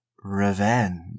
revenge